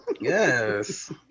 Yes